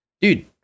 dude